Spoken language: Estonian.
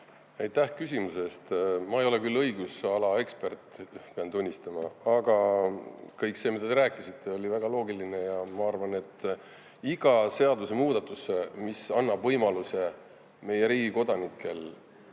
Aitäh küsimuse eest! Ma ei ole küll õigusekspert, pean tunnistama, aga kõik see, mida te rääkisite, oli väga loogiline. Ma arvan, et iga seadusemuudatus, mis annab võimaluse meie riigi kodanikel